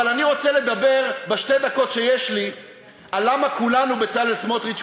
אבל אני רוצה לדבר בשתי דקות שיש לי על למה כולנו בצלאל סמוטריץ,